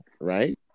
right